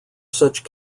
such